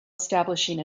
establishing